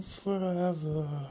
forever